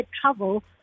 travel